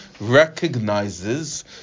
recognizes